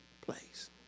place